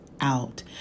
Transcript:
out